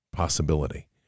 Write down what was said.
possibility